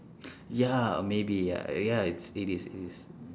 ya maybe ya ya i's it is it is